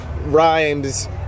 rhymes